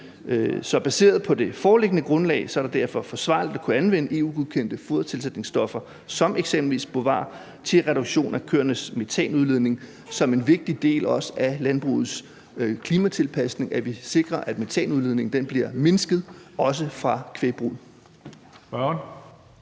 Så baseret på det foreliggende grundlag er det derfor forsvarligt at anvende EU-godkendte fodertilsætningsstoffer som eksempelvis Bovaer til reduktion af køernes metanudledning som en vigtig del af landbrugets klimatilpasning, sådan at vi sikrer, at metanudledningen bliver mindsket, også fra kvægbruget.